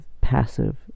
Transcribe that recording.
passive